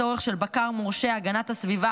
והצורך של בקר מורשה הגנת הסביבה